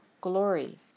Glory